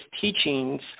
teachings